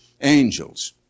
angels